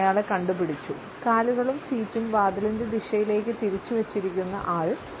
നിങ്ങൾ അയാളെ കണ്ടു പിടിച്ചു കാലുകളും ഫീറ്റും വാതിലിൻറെ ദിശയിലേക്ക് തിരിച്ചു വച്ചിരിക്കുന്ന ആൾ